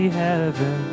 heaven